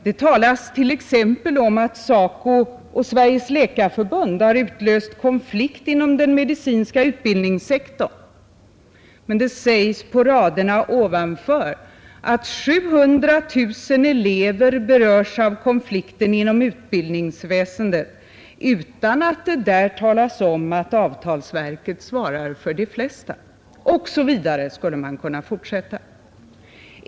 Det talas exempelvis om att SACO och Sveriges läkarförbund utlöst konflikt inom den medicinska utbildningssektorn, men det sägs på raderna ovanför att 700 000 elever berörs av konflikten inom utbildningsväsendet utan att det där talas om att avtalsverket svarar för de flesta, för att bara ta något exempel.